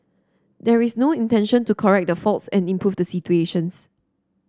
there is no intention to correct the faults and improve the situations